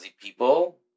people